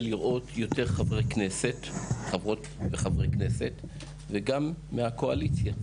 לראות יותר חברות וחברי כנסת וגם מהקואליציה.